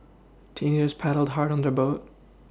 teenagers paddled hard on their boat